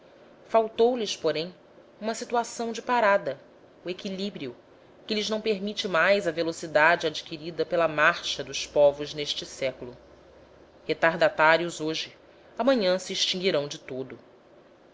raça faltou lhes porém uma situação de parada ou equilíbrio que lhes não permite a velocidade adquirida pela marcha dos povos neste século retardatários hoje amanhã se extinguirão de todo